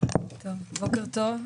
בוקר טוב.